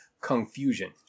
confusion